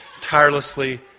tirelessly